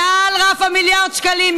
מעל רף מיליארד השקלים.